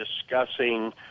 discussing